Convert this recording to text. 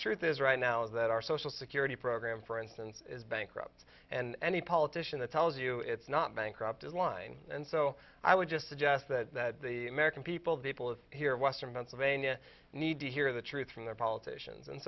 truth is right now that our social security program for instance is bankrupt and any politician that tells you it's not bankrupt is line and so i would just suggest that the american people the people of here western pennsylvania need to hear the truth from their politicians and